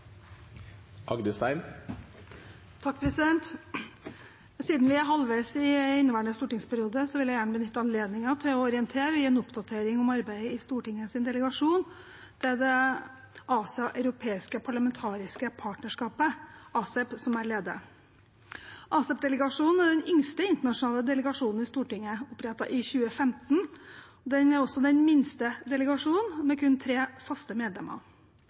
Siden vi er halvveis i inneværende stortingsperiode, vil jeg gjerne benytte anledningen til å orientere og gi en oppdatering om arbeidet i Stortingets delegasjon til det parlamentariske partnerskapet Asia-Europa, ASEP, som jeg leder. ASEP-delegasjonen er den yngste internasjonale delegasjonen i Stortinget, opprettet i 2015, og det er også den minste delegasjonen, med kun tre faste medlemmer.